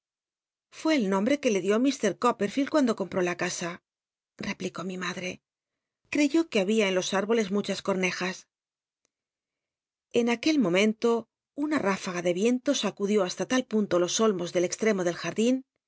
fué el nombre que le dió mr coppedleld cuando compró la casa repl icó mi madre creyó que babia en los arboles muchas cornejas en aquel momento una nifaga de viento sacudió hasla ta l punto los ol mos del exlremo del